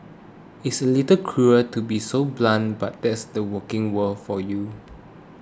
it's a little cruel to be so blunt but that's the working world for you